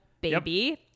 baby